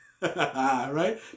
right